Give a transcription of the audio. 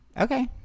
Okay